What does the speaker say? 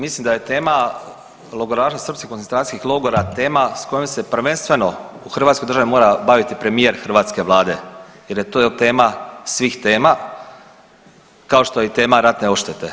Mislim da je tema logoraša srpskih koncentracijskih logora tema s kojom se prvenstveno u hrvatskoj državi mora baviti premijer hrvatske Vlade jer je to tema svih tema kao što je i tema ratne odštete.